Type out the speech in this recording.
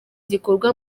gikorwa